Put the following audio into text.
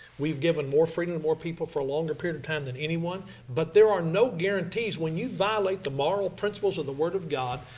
we've given more freedom to more people for a longer period of time than anyone. but there are no guarantees when you violate the moral principles of the word of god,